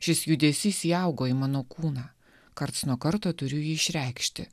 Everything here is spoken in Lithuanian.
šis judesys įaugo į mano kūną karts nuo karto turiu jį išreikšti